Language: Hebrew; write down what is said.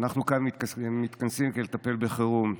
ואנחנו כאן מתכנסים כדי לטפל בחירום.